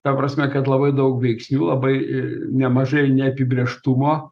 ta prasme kad labai daug veiksnių labai nemažai neapibrėžtumo